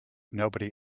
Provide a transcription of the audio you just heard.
nobody